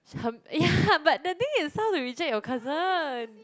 her yeah but the thing is how to reject your cousin